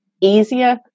easier